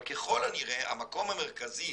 אבל ככל הנראה המקום המרכזי